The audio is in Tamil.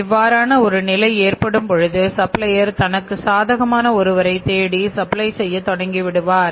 இவ்வாறான ஒரு நிலை ஏற்படும் பொழுது சப்ளையர் தனக்கு சாதகமான ஒருவரைத் தேடி சப்ளை செய்ய தொடங்கி விடுவார்